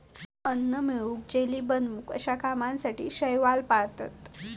अन्न मिळवूक, जेली बनवूक अश्या कामासाठी शैवाल पाळतत